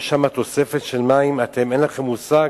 יש שם תוספת של מים, אתם, אין לכם מושג.